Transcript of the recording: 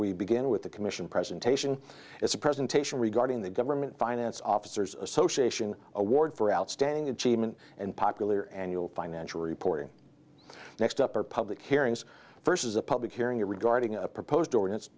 we begin with the commission presentation its presentation regarding the government finance officers association award for outstanding achievement and popular annual financial reporting next up or public hearings versus a public hearing regarding a proposed ordinance